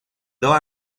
dos